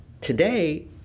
Today